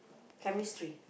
chemistry